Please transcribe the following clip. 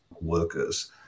workers